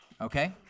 Okay